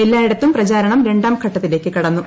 എല്ലായിടത്തും പ്രചാരണം രാം ഘട്ടത്തിലേക്ക് കടന്നു